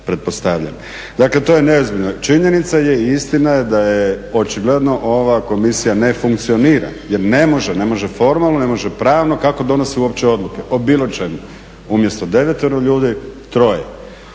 Dakle, to je neozbiljno. Činjenica je i istina je da je očigledno ova komisija ne funkcionira, jer ne može, ne može formalno, ne može pravno, kako donosi uopće odluke o bilo čemu? Umjesto devetero ljudi troje.